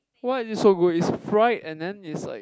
why is it so good it's fried and then it's like